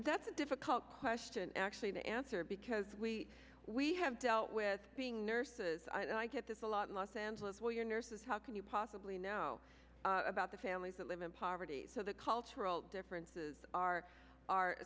that's a difficult question actually to answer because we we have dealt with being nurses i get this a lot in los angeles where you're nurses how can you possibly know about the families that live in poverty so the cultural differences are are